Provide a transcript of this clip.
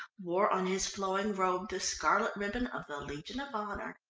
wore on his flowing robe the scarlet ribbon of the legion of honour.